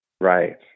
Right